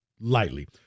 lightly